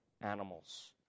animals